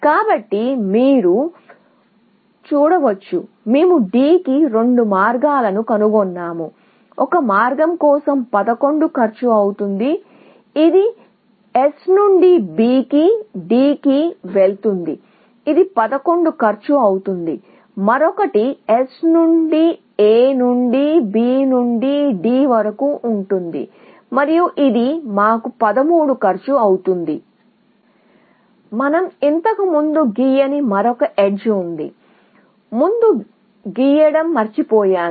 ఇప్పుడు మీరు చూడవచ్చు మేము D కి రెండు మార్గాలను కనుగొన్నాము ఒక మార్గం కోసం 11 ఖర్చవుతుంది ఇది S నుండి B కి D కి వెళుతుంది ఇది 11 కాస్ట్ అవుతుంది మరొకటి S నుండి A నుండి B నుండి D వరకు ఉంటుంది మరియు ఇది మాకు 13 కాస్ట్ అవుతుంది మనం గీయని మరొక ఎడ్జ్ ఉంది ఇంతకుముందు గీయడం మర్చిపోయాను